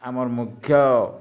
ଆମର୍ ମୁଖ୍ୟ